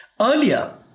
Earlier